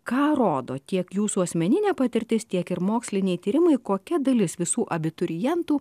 ką rodo tiek jūsų asmeninė patirtis tiek ir moksliniai tyrimai kokia dalis visų abiturientų